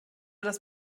das